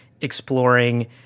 exploring